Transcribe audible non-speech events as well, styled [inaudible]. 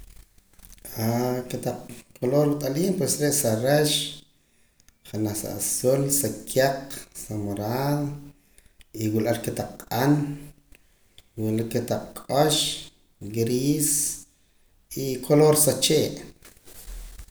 [hesitation] kotaq color wat'aliim pues re' sa rax janaj sa azul sa kaq sa morado y wula ar kotaq q'an wula kotaq k'ox gris y color sa chee'.